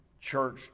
Church